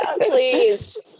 please